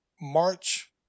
March